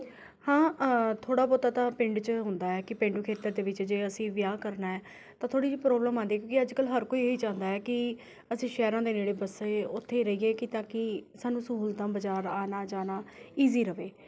ਹਾਂ ਥੋੜ੍ਹਾ ਬਹੁਤਾ ਤਾਂ ਪਿੰਡ 'ਚ ਹੁੰਦਾ ਹੈ ਕਿ ਪੇਂਡੂ ਖੇਤਰ ਦੇ ਵਿੱਚ ਜੇ ਅਸੀਂ ਵਿਆਹ ਕਰਨਾ ਹੈ ਤਾਂ ਥੋੜ੍ਹੀ ਜਿਹੀ ਪ੍ਰੋਬਲਮ ਆਉਂਦੀ ਹੈ ਕਿਉਂਕਿ ਅੱਜ ਕੱਲ੍ਹ ਹਰ ਕੋਈ ਇਹੀ ਚਾਹੁੰਦਾ ਹੈ ਕਿ ਅਸੀਂ ਸ਼ਹਿਰਾਂ ਦੇ ਨੇੜੇ ਵਸੇ ਉੱਥੇ ਰਹੀਏ ਕਿ ਤਾਂ ਕਿ ਸਾਨੂੰ ਸਹੂਲਤਾਂ ਬਜ਼ਾਰ ਆਉਣਾ ਜਾਣਾ ਈਜ਼ੀ ਰਹੇ